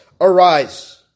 Arise